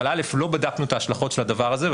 אבל א' לא בדקנו את ההשלכות של הדבר הזה,